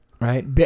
Right